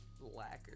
lacquer